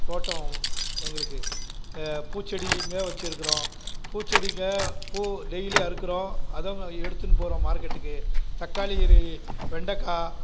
தோட்டம் எங்களுக்கு பூச்செடிங்கள் வச்சுருக்குறோம் பூச்செடிங்கள் பூ டெய்லி அறுக்கிறோம் அதை எடுத்துன்னு போகிறோம் மார்கெட்டுக்கு தக்காளி வெண்டக்காய்